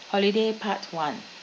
holiday part one